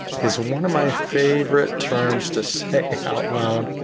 is one of my favorite terms to say out loud,